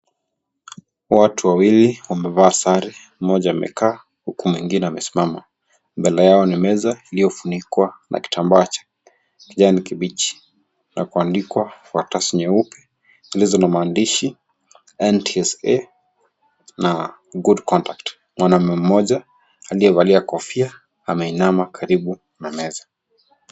Watu wawili wamevaa sare, mmoja amekaa huku mwingine amesimama, mbele yao ni meza iliyofunikwa na kitambaa cha kijani kibichi na kuandikwa kwa karatasi nyeupe zilizo na maandishi NTSA na good conduct naona mwanaume mmoja aliyevalia kofia ameinama karibu na meza.